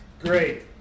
great